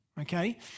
okay